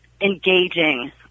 engaging